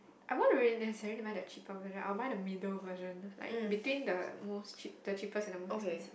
I won't really necessarily buy the cheaper version I will buy the middle version like between the most cheap the cheapest and the most expensive